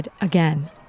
again